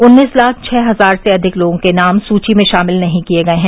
उन्नीस लाख छः हजार से अधिक लोगों के नाम सूची में शामिल नहीं किये गये हैं